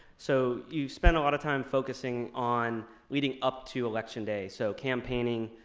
so you spent a lot of time focusing on leading up to election day, so campaigning,